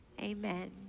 amen